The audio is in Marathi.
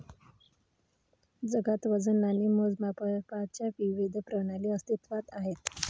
जगात वजन आणि मोजमापांच्या विविध प्रणाली अस्तित्त्वात आहेत